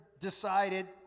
decided